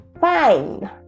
fine